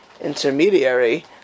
intermediary